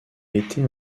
été